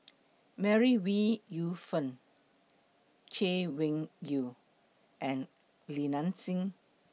May Ooi Yu Fen Chay Weng Yew and Li Nanxing